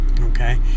Okay